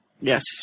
Yes